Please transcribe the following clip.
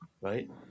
right